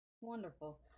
Wonderful